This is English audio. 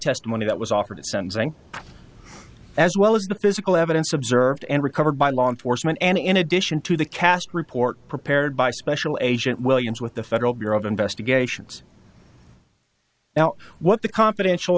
testimony that was offered a sentencing as well as the physical evidence observed and recovered by law enforcement and in addition to the cast report prepared by special agent williams with the federal bureau of investigations now what the confidential